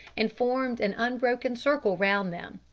and formed an unbroken circle round them,